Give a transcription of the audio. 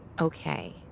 okay